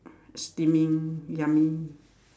steaming yummy